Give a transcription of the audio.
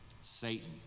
Satan